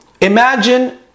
imagine